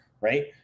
right